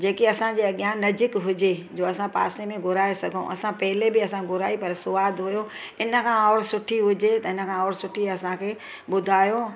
जेके असांजे अॻियां नज़दीकि हुजे जो असां पासे में घुराए सघूं असां पहिरियों बि असां घुराई पर स्वाद हुओ इन खां और सुठी हुजे त इन खां और सुठी असांखे ॿुधायो